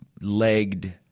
legged